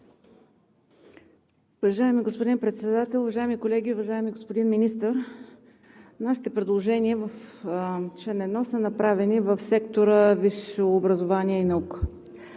Уважаеми господин Председател, уважаеми колеги, уважаеми господин Министър! Нашите предложения в чл. 1 са направени в сектора за висше образование и наука.